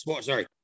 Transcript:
Sorry